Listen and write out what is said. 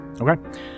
Okay